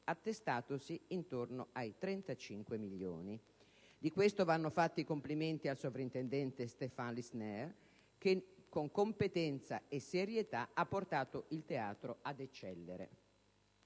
attestatosi intorno ai 35 milioni. Di questo vanno fatti i complimenti al sovrintendente Stéphane Lissner che, con competenza e serietà, ha portato il teatro ad eccellere.